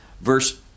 Verse